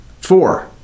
Four